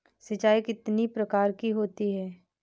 सिंचाई कितनी प्रकार की होती हैं?